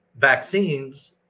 vaccines